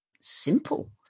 simple